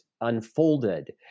unfolded